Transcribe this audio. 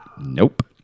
Nope